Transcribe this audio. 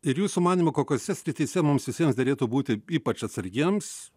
ir jūsų manymu kokiose srityse mums visiems derėtų būti ypač atsargiems